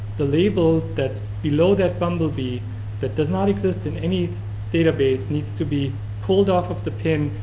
the label that's below that bumble bee that does not exist in any data base needs to be pulled off of the pin,